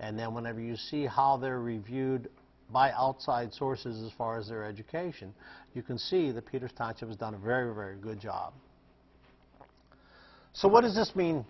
and then whenever you see how they're reviewed by outside sources as far as their education you can see that peter thompson has done a very very good job so what does this mean